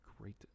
great